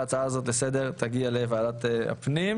וההצעה לסדר-היום